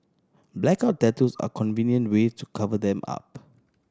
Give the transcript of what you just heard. blackout tattoos are convenient way to cover them up